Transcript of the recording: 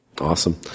Awesome